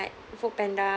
Foodpanda